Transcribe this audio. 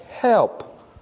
Help